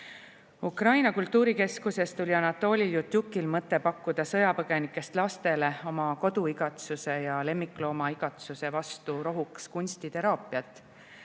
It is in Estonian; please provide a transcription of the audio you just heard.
Kultuurikeskuses tuli Anatoli Ljutjukil mõte pakkuda sõjapõgenikest lastele oma koduigatsuse ja lemmikloomaigatsuse vastu rohuks kunstiteraapiat,